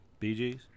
BGs